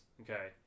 okay